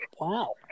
Wow